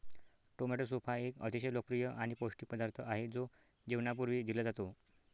tomato soup हा एक अतिशय लोकप्रिय आणि पौष्टिक पदार्थ आहे जो जेवणापूर्वी दिला जातो